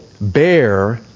bear